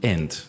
End